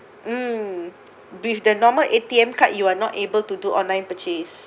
mm with the normal A_T_M card you are not able to do online purchase